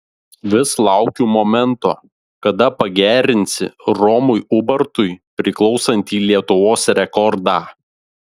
vis laukiu momento kada pagerinsi romui ubartui priklausantį lietuvos rekordą